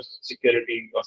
security